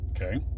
Okay